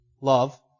love